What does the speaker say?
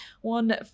One